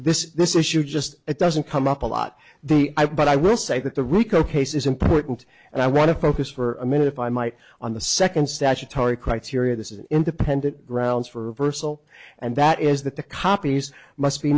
this this issue just it doesn't come up a lot the but i will say that the rico case is important and i want to focus for a minute if i might on the second statutory criteria this is an independent grounds for personal and that is that the copies must be